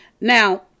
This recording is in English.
Now